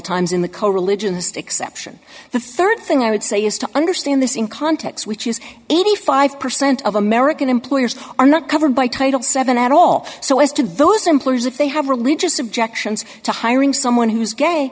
times in the coreligionists exception the rd thing i would say is to understand this in context which is any five percent of american employers are not covered by title seven at all so as to those employers if they have religious objections to hiring someone who's gay